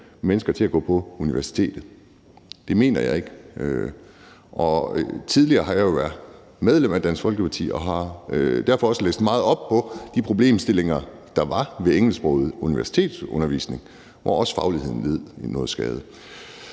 mennesker til at gå på universitetet. Det mener jeg ikke. Tidligere har jeg jo været medlem af Dansk Folkeparti og har derfor også læst meget op på de problemstillinger, der var ved engelsksproget universitetsundervisning, hvor fagligheden også led skade.